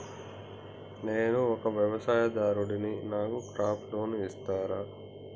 నేను ఒక వ్యవసాయదారుడిని నాకు క్రాప్ లోన్ ఇస్తారా?